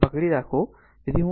તેથી જો ફક્ત પકડી રાખો